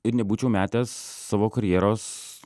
ir nebūčiau metęs savo karjeros